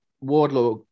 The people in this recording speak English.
wardlaw